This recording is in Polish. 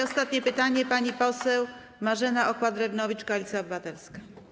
Ostatnie pytanie, pani poseł Marzena Okła-Drewnowicz, Koalicja Obywatelska.